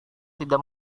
tidak